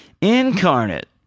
Incarnate